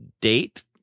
date